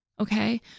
Okay